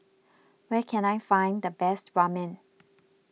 where can I find the best Ramen